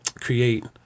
create